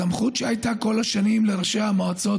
הסמכות שהייתה כל השנים לראשי המועצות,